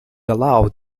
allowed